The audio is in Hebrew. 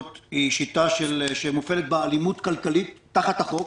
היא שיטה שמופעלת באלימות כלכלית תחת החוק,